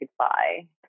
goodbye